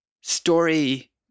story